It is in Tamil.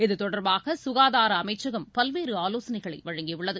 இது தொடர்பாக சுகாதார அமைச்சகம் பல்வேறு ஆலோசனைகளை வழங்கியுள்ளது